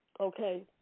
Okay